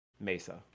Mesa